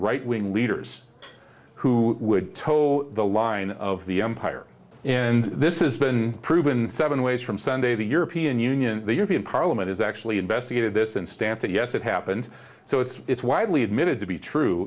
right wing leaders who would toe the line of the empire and this is been proven seven ways from sunday the european union the european parliament is actually investigated this and stamp that yes it happens so it's widely admitted to be true